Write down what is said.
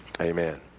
Amen